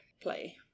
play